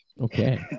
Okay